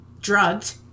drugged